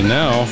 now